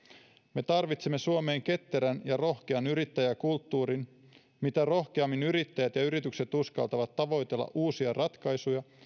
me tarvitsemme suomeen ketterän ja rohkean yrittäjäkulttuurin mitä rohkeammin yrittäjät ja yritykset uskaltavat tavoitella uusia ratkaisuja